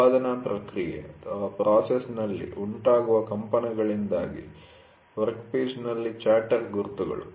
ಉತ್ಪಾದನಾ ಪ್ರಕ್ರಿಯೆಪ್ರಾಸೆಸ್'ನಲ್ಲಿ ಉಂಟಾಗುವ ಕಂಪನ'ಗಳಿಂದಾಗಿ ವರ್ಕ್ಪೀಸ್ನಲ್ಲಿ ಚಾಟರ್ ಗುರುತುಗಳು